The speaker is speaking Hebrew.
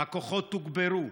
הכוחות תוגברו,